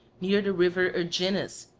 near the river erginus,